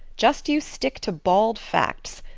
just you stick to bald facts.